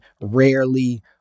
rarely